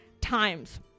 times